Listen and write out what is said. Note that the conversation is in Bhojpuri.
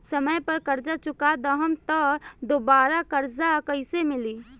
समय पर कर्जा चुका दहम त दुबाराकर्जा कइसे मिली?